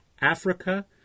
Africa